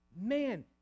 Man